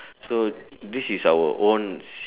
so this is our own